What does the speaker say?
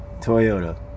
toyota